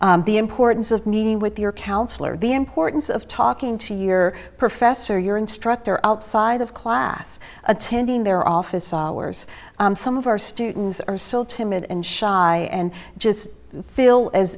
works the importance of meeting with your counselor the importance of talking to your or professor your instructor outside of class attending their office hours some of our students are still timid and shy and just feel as